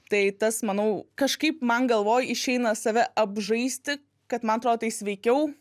tai tas manau kažkaip man galvoj išeina save apžaisti kad man atrodo tai sveikiau